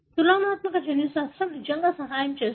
తులనాత్మక జన్యుశాస్త్రం నిజంగా సహాయం ఇదే చేస్తుంది